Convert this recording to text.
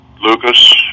Lucas